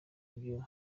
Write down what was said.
byo